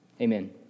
Amen